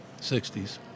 60s